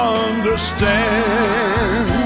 understand